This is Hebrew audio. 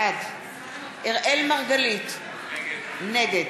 בעד אראל מרגלית, נגד